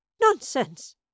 Nonsense